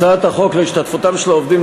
הצעת החוק להשתתפותם של העובדים,